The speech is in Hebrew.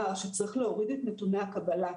שצריך להוריד את נתוני הקבלה לכלכלנים,